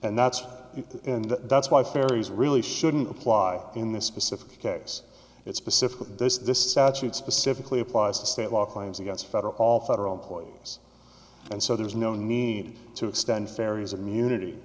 and that's and that's why fairies really shouldn't apply in this specific case it's pacific with this this statute specifically applies to state law claims against federal all federal employees and so there is no need to extend ferries immunity